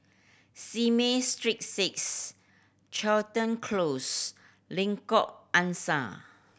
Simei Street Six Crichton Close Lengkok Angsa